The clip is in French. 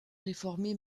réformées